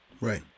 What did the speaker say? Right